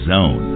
Zone